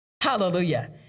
Hallelujah